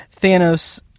Thanos